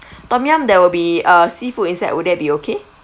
tom yum there will be uh seafood inside would that be okay